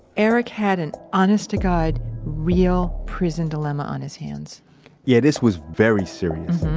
eric had an honest-to-god real prison dilemma on his hands yeah, this was very serious.